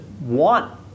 want